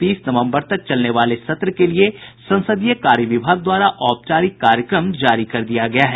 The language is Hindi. तीस नवम्बर तक चलने वाले सत्र के लिए संसदीय कार्य विभाग द्वारा औपचारिक कार्यक्रम जारी कर दिया गया है